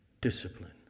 discipline